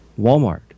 Walmart